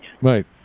Right